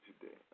today